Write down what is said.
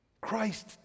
Christ